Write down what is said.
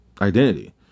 identity